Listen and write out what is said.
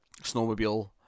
snowmobile